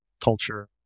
culture